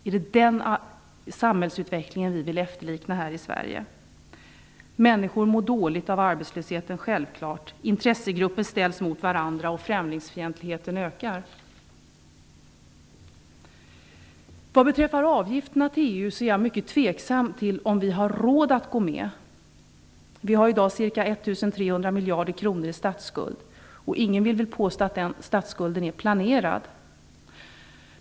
Är det den samhällsutvecklingen vi vill efterlikna här i Sverige? Människor mår naturligtvis dåligt av arbetslösheten. Intressegrupper ställs mot varandra, och främlingsfientligheten ökar. Vad beträffar avgiften till EU är jag mycket tveksam till om vi har råd att gå med. Vi har i dag en statsskuld på ca 1 300 miljarder kronor. Ingen vill väl påstå att den är planerad?